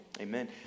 amen